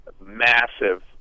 massive